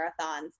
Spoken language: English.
marathons